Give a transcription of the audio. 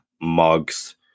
mugs